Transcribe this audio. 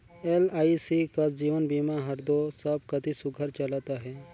LIC कस जीवन बीमा हर दो सब कती सुग्घर चलत अहे